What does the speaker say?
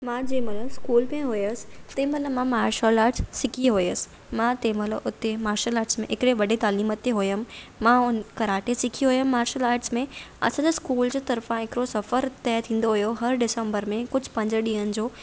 मां जंहिंमहिल में हुयसि तंहिंमहिल मां मार्शल आर्ट्स सिखी हुयसि मां तंहिं महिल उते मार्शल आर्ट्स में हिकिड़े वॾे तइलीम ते हुयमि मां हुन कराटे सिखी हुयमि मार्शल आर्ट्स में असांजा स्कूल जी तरफ़ा हिकिड़ो सफ़र तइ थींदो हुयो हर डिसंबर में कुझु पंज ॾियनि जो